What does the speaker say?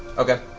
okay.